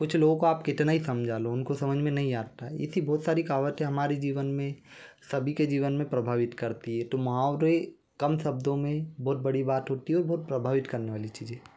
कुछ लोग आप कितना ही समझा लो उनको समझ में नहीं आता ऐसी बहुत सारी कहावतें हमारे जीवन में सभी के जीवन में प्रभावित करती है तो मुहावरे कम शब्दों में बहुत बड़ी बात होती है और बहुत प्रभावित करने वाली चीज़ है